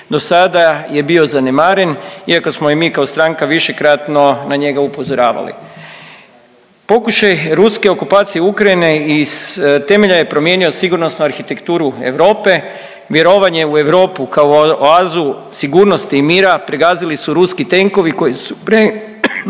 Do sada je bio zanemaren iako smo i mi kao stranka višekratno na njega upozoravali. Pokušaj ruske okupacije Ukrajine iz temelja je promijenio sigurnosnu arhitekturu Europe, vjerovanje u Europu kao u oazu sigurnosti i mira pregazili su ruski tenkovi koji su krenuli